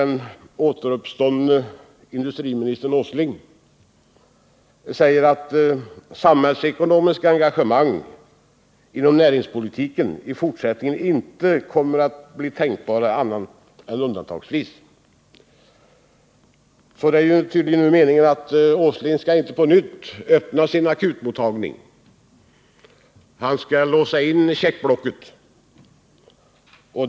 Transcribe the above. Den ”återuppståndne” industriministern Åsling sade häromdagen att samhällsekonomiska engagemang inom näringspolitiken i fortsättningen inte kommer att bli tänkbara annat än undantagsvis. Nils Åsling skall alltså inte på nytt öppna sin ”akutmottagning”. Nu skall han låsa in checkblocket.